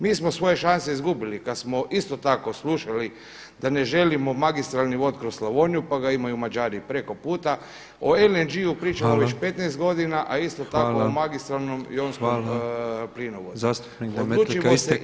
MI smo svoje šanse izgubili kada smo isto tako slušali da ne želimo magistralni vod kroz Slavoniju pa ga imaju Mađari preko puta, o LNG-u pričamo već 15 godina a isto tako o magistranom, jonskom plinovodu [[Upadica predsjednik: Zastupnik Demetlika isteklo vam je vrijeme.]] Hvala lijepa.